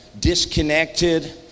disconnected